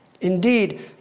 Indeed